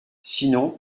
sinon